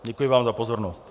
Děkuji vám za pozornost.